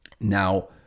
Now